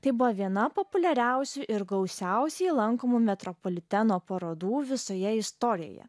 tai buvo viena populiariausių ir gausiausiai lankomų metropoliteno parodų visoje istorijoje